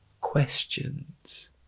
questions